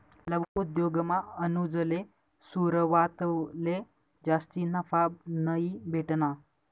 लघु उद्योगमा अनुजले सुरवातले जास्ती नफा नयी भेटना